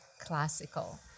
classical